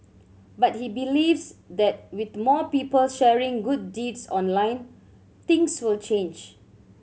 but he believes that with more people sharing good deeds online things will change